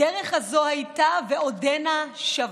הדרך הזו הייתה ועודנה שווה.